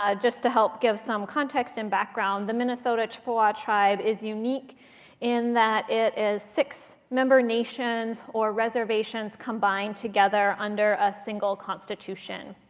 ah just to help give some context and background. the minnesota chippewa tribe is unique in that it is six member nations, or reservations, combined together under a single constitution.